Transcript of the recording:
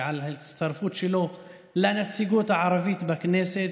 על ההצטרפות שלו לנציגות הערבית בכנסת,